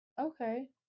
okay